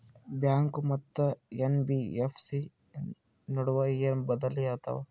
Bank ಮತ್ತ NBFC ನಡುವ ಏನ ಬದಲಿ ಆತವ?